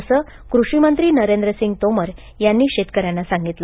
असं कृषीमंत्री नरेंद्रसिंग तोमर यांनी शेतकऱ्यांना सांगितलं